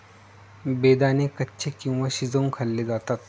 बेदाणे कच्चे किंवा शिजवुन खाल्ले जातात